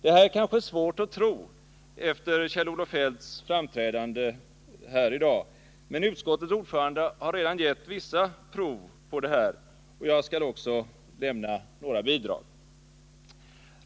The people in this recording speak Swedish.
Detta är kanske svårt att tro efter Kjell-Olof Feldts framträdande här i dag, men utskottets ordförande har redan givit vissa exempel på detta, och jag skall också lämna några bidrag.